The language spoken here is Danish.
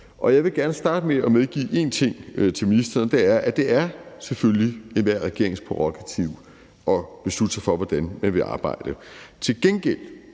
Jeg vil gerne starte med at medgive ministeren en ting, og det er, at det selvfølgelig er enhver regerings prærogativ at beslutte sig for, hvordan den vil arbejde.